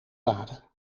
lade